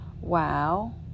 Wow